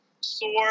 sword